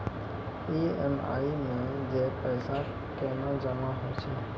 EMI मे जे पैसा केना जमा होय छै?